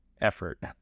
effort